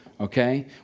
Okay